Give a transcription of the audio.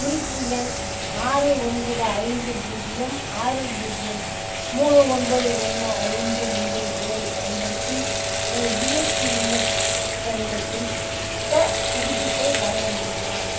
குறிப்பு எண் ஆறு ஒன்பது ஐந்து பூஜ்ஜியம் ஆறு பூஜ்ஜியம் மூணு ஒன்பது ஒன்று ஐந்து ஒன்பது ஏழு ஐப் பயன்படுத்தி எனது ஜிஎஸ்டி விண்ணப்ப நிலை குறித்த புதுப்பிப்பை வழங்க முடியுமா